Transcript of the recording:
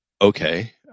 okay